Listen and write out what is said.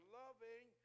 loving